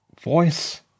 voice